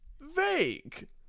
vague